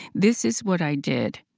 this is what i did.